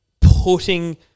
putting